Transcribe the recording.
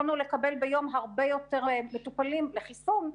יכולנו לקבל ביום הרבה יותר מטופלים לחיסון,